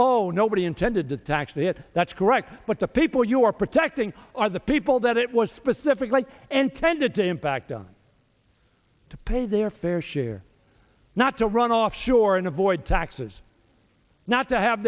oh nobody intended to tax the it that's correct but the people you are protecting are the people that it was specifically and tended to impact on to pay their fair share not to run offshore and avoid taxes not to have